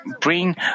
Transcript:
bring